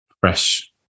fresh